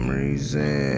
reason